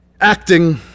Acting